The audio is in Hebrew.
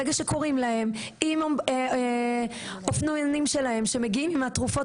ברגע שקוראים להם עם אופנוענים שלהם שמגיעים עם התרופות